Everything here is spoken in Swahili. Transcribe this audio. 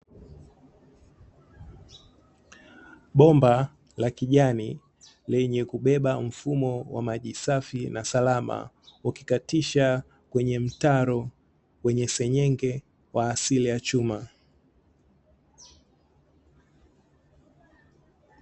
Bomba la kijani lenye kubeba mfumo wa maji safi na salama, ukikatisha kwenye mtaro wenye seng’enge wa asili ya chuma.